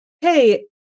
hey